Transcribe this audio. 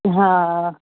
हा